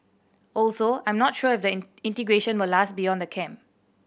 also I'm not sure if the integration will last beyond the camp